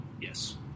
Yes